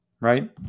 right